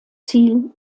ziel